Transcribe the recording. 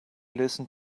listen